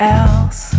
else